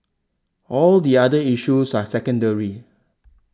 all the other issues are secondary